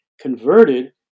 converted